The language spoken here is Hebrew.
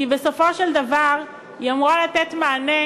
כי בסופו של דבר היא אמורה לתת מענה